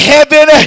Heaven